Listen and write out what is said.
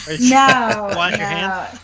No